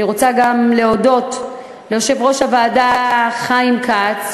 אני רוצה להודות גם ליושב-ראש הוועדה חיים כץ,